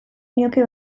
nioke